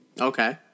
Okay